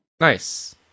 Nice